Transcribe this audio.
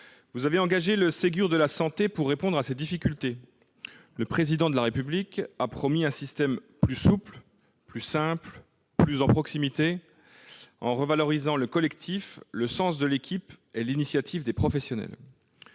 souffrent. Le Ségur de la santé doit permettre de répondre à ces difficultés. Le Président de la République a promis un système plus souple, plus simple, plus proche, revalorisant le collectif, le sens de l'équipe et l'initiative des professionnels.